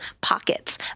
pockets